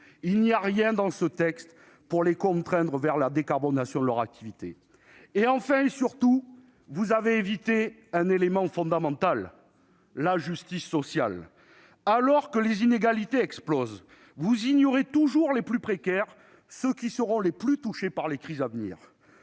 Il n'y a rien dans ce texte qui les contraigne à tendre vers la décarbonation de leurs activités. Enfin, et surtout, vous avez évité un élément fondamental : la justice sociale. Alors que les inégalités explosent, vous ignorez toujours les plus précaires, ceux qui seront les plus touchés par les crises à venir.